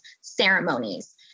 ceremonies